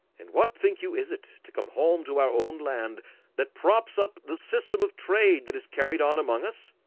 and what think you is it to come home to our own land that props up the system of trade that is carried on among us